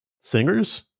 singers